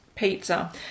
Pizza